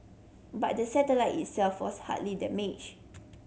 but the satellite itself was hardly damaged